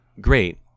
great